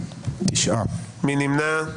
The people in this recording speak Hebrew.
9 נמנעים,